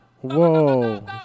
Whoa